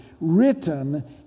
written